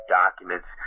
documents